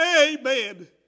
amen